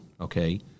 Okay